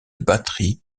batterie